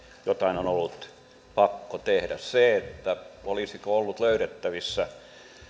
jotain on ollut pakko tehdä siinä olisiko ollut löydettävissä